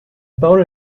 parole